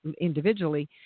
individually